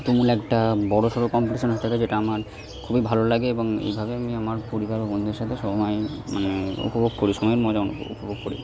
তুমুল একটা বড়সড় কম্পিটিশন হতে থাকে এটা আমার খুবই ভালো লাগে এবং এভাবে আমি আমার পরিবার ও বন্ধুদের সাথে সময় মানে উপভোগ করি সময়ের মজা উপভোগ করি